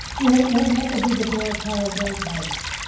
what what happens with the barat college archives?